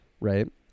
right